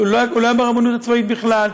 הוא לא היה ברבנות הצבאית בכלל.